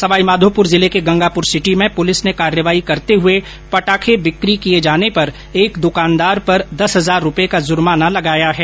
सवाईमाघोपुर जिले के गंगापुरसिटी में पुलिस ने कार्यवाही करते हुए पटाखे बिकी किये जाने पर एक दकानदार पर दस हजार रूपये का जर्माना लगाया है